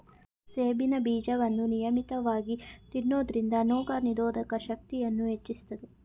ಸೆಣಬಿನ ಬೀಜವನ್ನು ನಿಯಮಿತವಾಗಿ ತಿನ್ನೋದ್ರಿಂದ ರೋಗನಿರೋಧಕ ಶಕ್ತಿಯನ್ನೂ ಹೆಚ್ಚಿಸ್ತದೆ